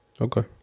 Okay